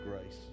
grace